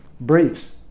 briefs